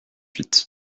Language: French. huit